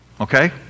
okay